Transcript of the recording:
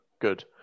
good